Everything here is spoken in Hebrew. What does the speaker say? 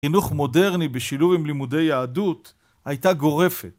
חינוך מודרני בשילוב עם לימודי יהדות הייתה גורפת.